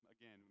Again